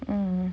mm